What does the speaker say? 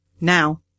Now